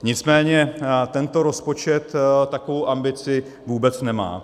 Nicméně tento rozpočet takovou ambici vůbec nemá.